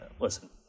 listen